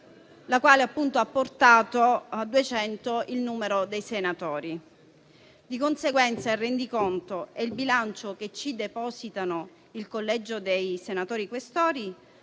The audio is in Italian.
la quale ha portato a 200 il numero dei senatori. Di conseguenza, il rendiconto e il bilancio che ci deposita il Collegio dei senatori Questori